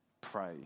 pray